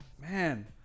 Man